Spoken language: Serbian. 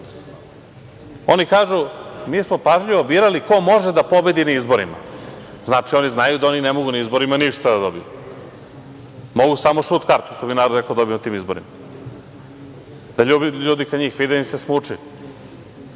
Oni kažu – mi smo pažljivo birali ko može da pobedi na izborima. Znači, oni znaju da oni ne mogu na izborima ništa da dobiju, mogu samo šut kartu, što bi narod rekao, da dobiju na tim izborima. Ljudi kad njih vide, njima se smuči. Zatim